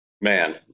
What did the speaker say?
Man